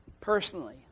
personally